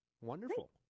wonderful